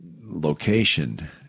location